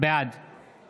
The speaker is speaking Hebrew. בעד